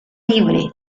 libre